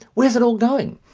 where's it all going?